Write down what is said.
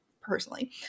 personally